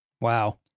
Wow